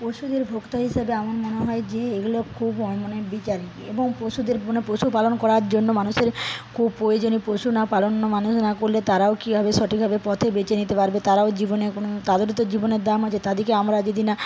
পশুদের ভোক্তা হিসেবে আমার মনে হয় যে এগুলো খুব মানে বিচারী এবং পশুদের বনের পশুপালন করার জন্য মানুষের খুব প্রয়োজনীয় পশু না পালন না মানুষ করলে তারাও কিভাবে সঠিকভাবে পথে বেছে নিতে পারবে তারাও জীবনে কোন তাদেরওতো জীবনের দাম আছে তাদেরকে আমরা যদি না